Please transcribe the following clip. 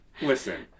listen